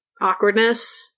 awkwardness